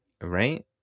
Right